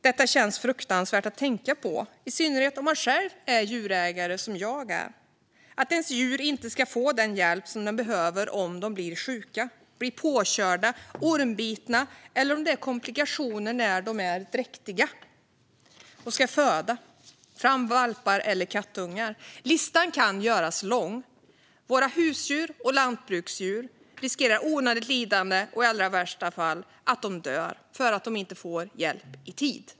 Detta känns fruktansvärt att tänka på, i synnerhet om man själv är djurägare som jag är, alltså att ens djur inte ska få den hjälp som de behöver om de blir sjuka, påkörda eller ormbitna eller om det blir komplikationer när de är dräktiga och ska föda fram valpar eller kattungar. Listan kan göras lång. Våra husdjur och lantbruksdjur riskerar onödigt lidande och i värsta fall att dö för att de inte får hjälp i tid.